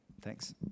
Thanks